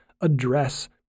address